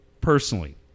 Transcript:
personally